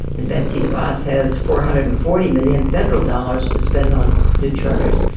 and betsy device has four hundred and forty million federal dollars to spend on new charters.